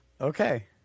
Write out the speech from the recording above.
Okay